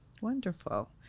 Wonderful